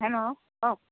hello কওক